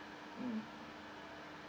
mm